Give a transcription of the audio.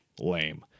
Lame